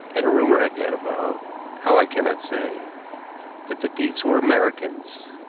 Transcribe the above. and a rumor had got about how, i cannot say that the thieves were americans.